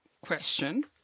question